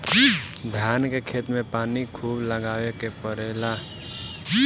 धान के खेत में पानी खुब लगावे के पड़ेला